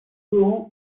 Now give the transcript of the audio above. room